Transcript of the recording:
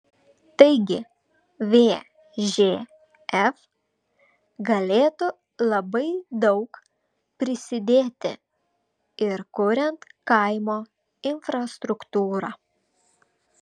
taigi vžf galėtų labai daug prisidėti ir kuriant kaimo infrastruktūrą